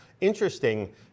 Interesting